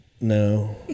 No